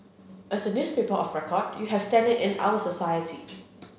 as the newspaper of record you have standing in our society